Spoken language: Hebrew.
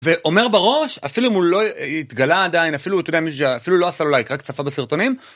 ואומר בראש, אפילו אם הוא לא התגלה עדיין, אפילו לא עשה לו לייק, רק צפה בסרטונים.